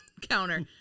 counter